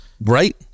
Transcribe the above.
Right